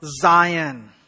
Zion